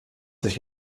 sich